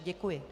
Děkuji.